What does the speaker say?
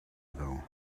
though